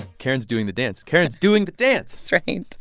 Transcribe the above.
karen's doing the dance. karen's doing the dance that's right.